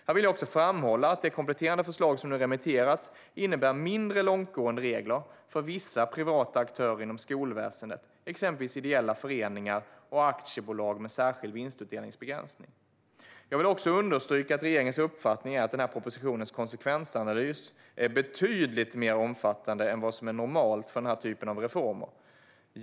Här vill jag också framhålla att det kompletterande förslag som nu remitterats innebär mindre långtgående regler för vissa privata aktörer inom skolväsendet, exempelvis ideella föreningar och aktiebolag med särskild vinstutdelningsbegränsning. Jag vill också understryka att regeringens uppfattning är att den här propositionens konsekvensanalys är betydligt mer omfattande än vad som är normalt för den här typen av reformer.